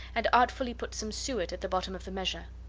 and artfully put some suet at the bottom of the measure.